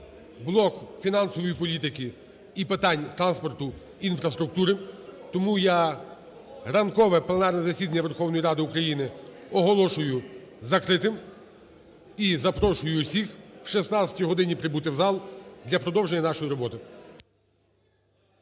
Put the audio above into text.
блок фінансової політики і питань транспорту і інфраструктури. Тому я ранкове пленарне засідання Верховної Ради України оголошую закритим. І запрошую всіх о 16 годині прибути в зал для продовження нашої роботи.